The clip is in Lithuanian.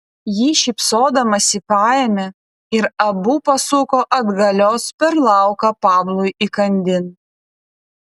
ji šypsodamasi paėmė ir abu pasuko atgalios per lauką pablui įkandin